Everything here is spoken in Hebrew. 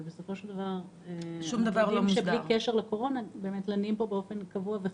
אבל בלי קשר לקורונה לנים פה באופן קבוע.